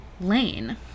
lane